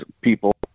people